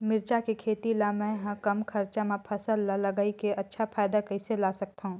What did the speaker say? मिरचा के खेती ला मै ह कम खरचा मा फसल ला लगई के अच्छा फायदा कइसे ला सकथव?